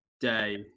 day